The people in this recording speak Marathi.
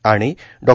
आणि डॉ